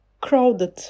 crowded